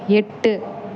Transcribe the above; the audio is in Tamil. எட்டு